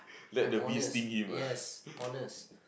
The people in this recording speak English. I'm honest yes honest